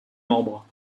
membres